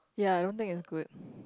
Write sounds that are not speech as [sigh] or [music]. ya I don't think it's good [breath]